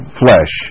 flesh